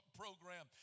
program